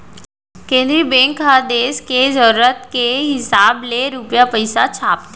केंद्रीय बेंक ह देस के जरूरत के हिसाब ले रूपिया पइसा छापथे